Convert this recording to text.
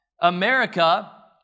America